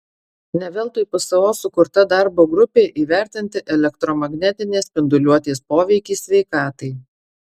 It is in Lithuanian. ne veltui pso sukurta darbo grupė įvertinti elektromagnetinės spinduliuotės poveikį sveikatai